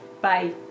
Bye